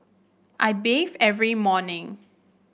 I bathe every morning